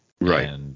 right